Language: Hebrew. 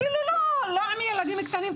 אפילו לא עם ילדים קטנים,